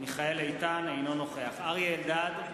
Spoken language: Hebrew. אינו נוכח אריה אלדד,